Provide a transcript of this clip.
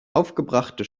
aufgebrachte